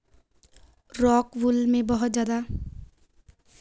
rockwool में बहुत सारा पानी धारण करने की क्षमता होती है